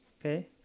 Okay